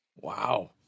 Wow